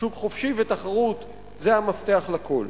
שוק חופשי ותחרות זה המפתח לכול.